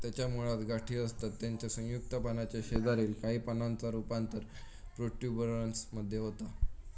त्याच्या मुळात गाठी असतत त्याच्या संयुक्त पानाच्या शेजारील काही पानांचा रूपांतर प्रोट्युबरन्स मध्ये होता